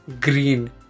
Green